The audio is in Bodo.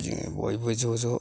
जोङो बयबो ज' ज'